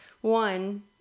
One